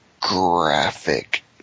graphic